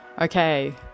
Okay